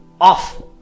off